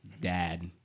dad